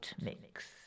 mix